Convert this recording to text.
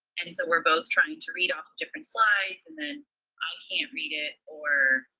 and so we're both trying to read off different slides, and then i can't read it or